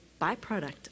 byproduct